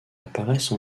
apparaissent